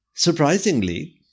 Surprisingly